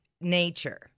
nature